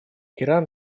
иран